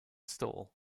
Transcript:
stall